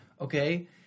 Okay